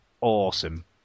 awesome